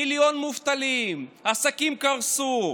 מיליון מובטלים, עסקים קרסו,